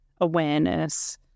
awareness